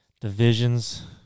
divisions